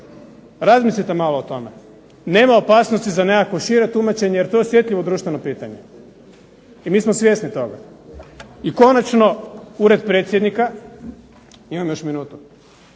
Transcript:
Razmislite malo o tome. Nema opasnosti za nekakvo šire tumačenje, jer to je osjetljivo društveno pitanje i mi smo svjesni toga. I konačno, ured predsjednika. Imam još minutu.